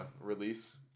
release